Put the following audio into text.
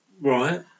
Right